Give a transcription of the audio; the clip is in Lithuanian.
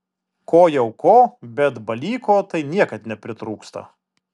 ko jau ko bet balyko tai niekad nepritrūksta